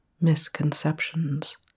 misconceptions